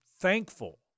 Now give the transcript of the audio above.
thankful